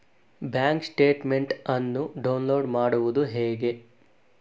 Bank statement ಅನ್ನು download ಮಾಡುವುದು ಹೇಗೆ?